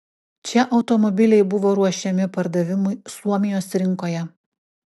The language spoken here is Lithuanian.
čia automobiliai buvo ruošiami pardavimui suomijos rinkoje